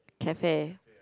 cafe